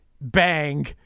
bang